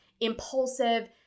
impulsive